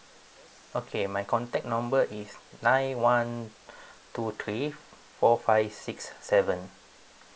okay my contact number is nine one two three four five six seven